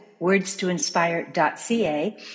wordstoinspire.ca